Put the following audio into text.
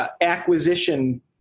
acquisition